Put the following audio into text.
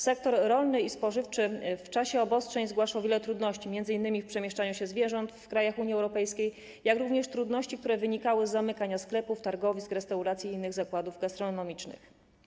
Sektory rolny i spożywczy w czasie obostrzeń zgłaszały wiele trudności, m.in. w przemieszczaniu się zwierząt w krajach Unii Europejskiej, jak również trudności, które wynikały z zamykania sklepów, targowisk, restauracji i innych zakładów gastronomicznych.